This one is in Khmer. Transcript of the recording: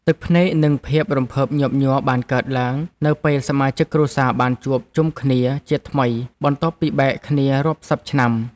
ទឹកភ្នែកនិងភាពរំភើបញាប់ញ័របានកើតឡើងនៅពេលសមាជិកគ្រួសារបានជួបជុំគ្នាជាថ្មីបន្ទាប់ពីបែកគ្នារាប់សិបឆ្នាំ។